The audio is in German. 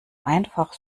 einfach